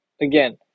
again